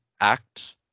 act